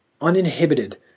uninhibited